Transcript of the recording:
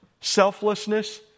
selflessness